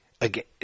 again